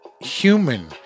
human